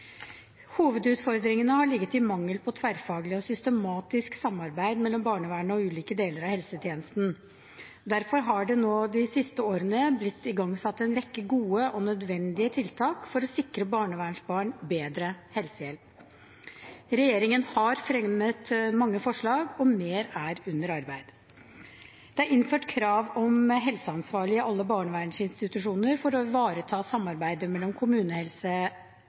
Hovedutfordringen har ligget i mangel på tverrfaglig og systematisk samarbeid mellom barnevernet og ulike deler av helsetjenesten. Derfor har det nå de siste årene blitt igangsatt en rekke gode og nødvendige tiltak for å sikre barnevernsbarn bedre helsehjelp. Regjeringen har fremmet mange forslag, og mer er under arbeid. Det er innført krav om helseansvarlig i alle barnevernsinstitusjoner for å ivareta samarbeidet